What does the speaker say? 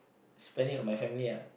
spend it on my family